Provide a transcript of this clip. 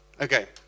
Okay